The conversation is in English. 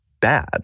bad